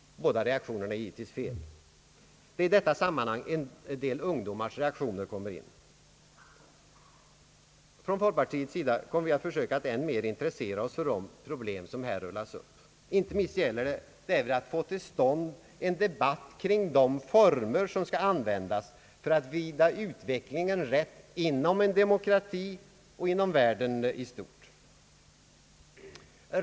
Båda reaktionerna är givetvis felaktiga. Det är i detta sammanhang en del ungdomars reaktioner kommer in i bilden. Från folkpartiets sida kommer vi att försöka att än mer intressera oss för de problem som här rullas upp. Inte minst gäller det att därvid få till stånd en debatt kring de former som skall användas för att vrida utvecklingen rätt inom vår demokrati och inom världens i stort.